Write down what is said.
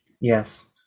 Yes